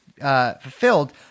fulfilled